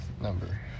number